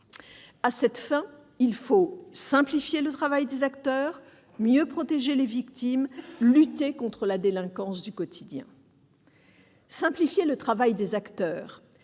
À cette fin, il faut simplifier le travail des acteurs, mieux protéger les victimes, lutter contre la délinquance du quotidien. Simplifier le travail des acteurs,